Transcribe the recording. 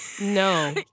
No